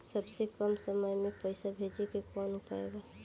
सबसे कम समय मे पैसा भेजे के कौन उपाय बा?